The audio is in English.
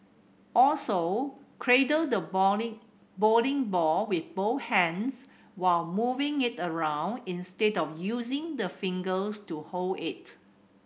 also cradle the bowling bowling ball with both hands while moving it around instead of using the fingers to hold it